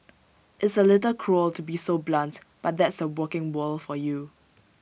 it's A little cruel to be so blunt but that's the working world for you